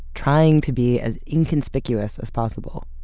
trying to be as inconspicuous as possible,